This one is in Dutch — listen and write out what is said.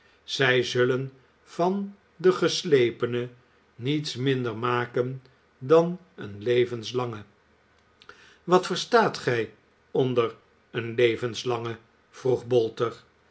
zij zullen van den geslepene niets minder maken dan een levenslange wat verstaat gij onder een levenslange vroeg bolter